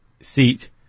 seat